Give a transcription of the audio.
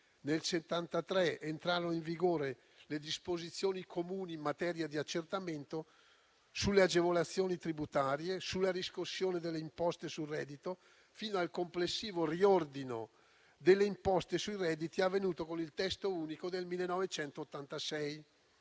Nel 1973 entrarono in vigore le disposizioni comuni in materia di accertamento, sulle agevolazioni tributarie e sulla riscossione delle imposte sul reddito, fino al complessivo riordino delle imposte sui redditi avvenuto con il testo unico del 1986.